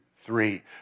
three